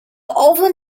often